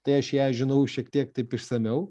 tai aš ją žinau šiek tiek taip išsamiau